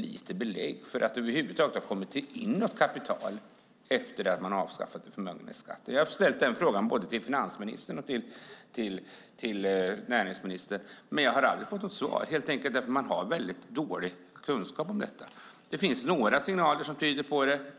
lite belägg för att det över huvud taget har kommit in något kapital efter det att förmögenhetsskatten avskaffades. Jag har ställt en fråga om detta både till finansministern och till näringsministern, men jag har aldrig fått något svar. Man har helt enkelt väldigt dålig kunskap om detta. Det finns några signaler som tyder på det.